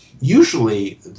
usually